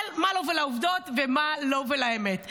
אבל מה לו ולעובדות, ומה לו ולאמת.